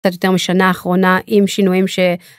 קצת יותר משנה אחרונה עם שינויים.